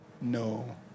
no